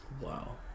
Wow